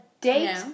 date